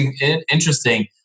interesting